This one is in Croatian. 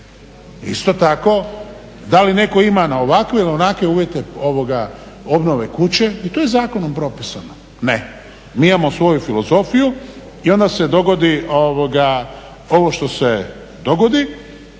isto tako, da li netko ima na ovakve ili onakve uvjete obnove kuće i to je zakonom propisano. Ne, mi imamo svoju filozofiju i onda se dogodi ovo što se dogodi.